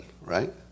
right